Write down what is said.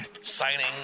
Signing